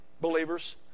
believers